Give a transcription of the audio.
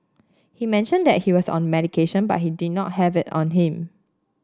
he mentioned that he was on medication but he did not have it on him